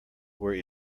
were